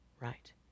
Right